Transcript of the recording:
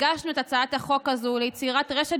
הגשנו את הצעת החוק הזו ליצירת רשת